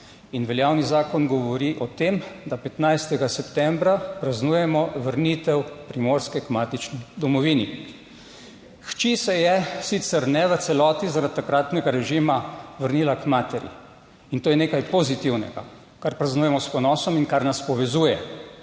In veljavni zakon govori o tem, da 15. septembra praznujemo vrnitev Primorske k matični domovini. Hči se je, sicer ne v celoti, zaradi takratnega režima vrnila k materi, in to je nekaj pozitivnega, kar praznujemo s ponosom in kar nas povezuje.